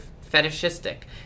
fetishistic